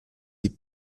die